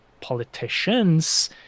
politicians